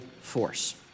force